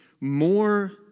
More